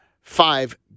five